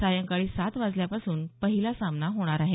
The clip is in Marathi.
संध्याकाळी सात वाजल्यापासून पहिला सामना होणार आहे